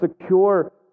secure